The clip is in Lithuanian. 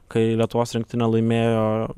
kai lietuvos rinktinė laimėjo